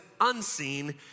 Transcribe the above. unseen